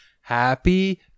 Happy